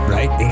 Right